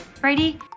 Brady